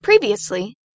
Previously